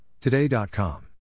Today.com